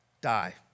Die